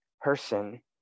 person